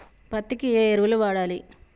పత్తి కి ఏ ఎరువులు వాడాలి?